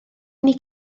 inni